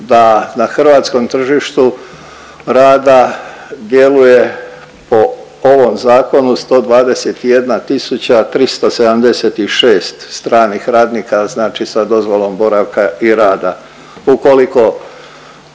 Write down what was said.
da na hrvatskom tržištu rada djeluje po ovom zakonu 121.376 stranih radnika znači sa dozvolom boravka i rada. Ukoliko